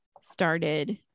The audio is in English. started